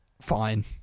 fine